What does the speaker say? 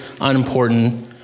unimportant